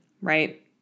right